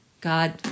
God